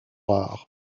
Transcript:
rares